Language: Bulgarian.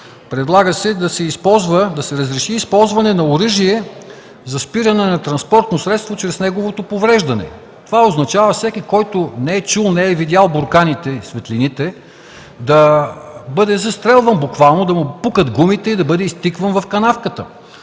предлага се да се разреши използване на оръжие за спиране на транспортно средство чрез неговото повреждане. Това означава всеки, който не е чул, не е видял бурканите, светлините, да бъде застрелван, буквално да му пукат гумите и да бъде изтикван в канавката.